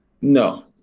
No